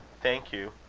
thank you.